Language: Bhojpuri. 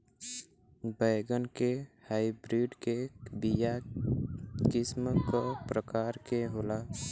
बैगन के हाइब्रिड के बीया किस्म क प्रकार के होला?